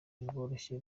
bworoshye